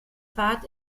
fahrt